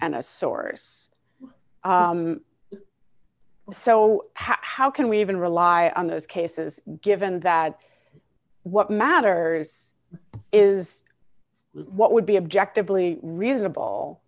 and a source so how can we even rely on those cases given that what matters is what would be objectively reasonable